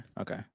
okay